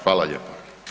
Hvala lijepa.